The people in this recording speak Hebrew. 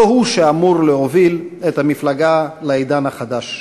לא הוא שאמור להוביל את המפלגה לעידן החדש שלה.